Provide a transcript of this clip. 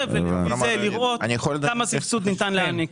ולפי זה לראות כמה סבסוד ניתן להעניק.